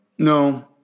No